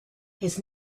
his